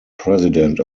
president